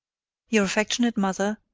your affectionate mother,